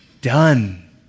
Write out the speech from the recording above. done